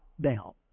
down